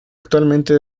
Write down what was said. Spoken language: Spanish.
actualmente